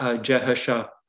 Jehoshaphat